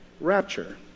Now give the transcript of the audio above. rapture